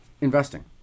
investing